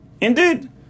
Indeed